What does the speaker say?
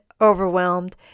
overwhelmed